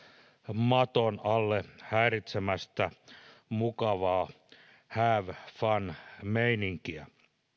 maton alle häiritsemästä mukavaa have fun meininkiä